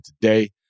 today